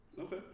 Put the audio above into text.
Okay